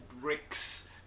ricks